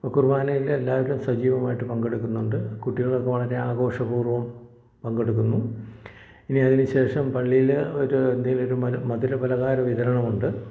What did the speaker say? കുർബാനയില് എല്ലാവരും സജീവമായിട്ട് പങ്കെടുക്കുന്നുണ്ട് കുട്ടികളൊക്കെ വളരെ ആഘോഷപൂർവം പങ്കെടുക്കുന്നു പിന്നെ അതിന് ശേഷം പള്ളിയില് ഒരു എന്തേലും ഒരു മധുര പാലഹാര വിതരണം ഉണ്ട്